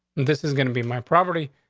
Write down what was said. this is gonna be my property.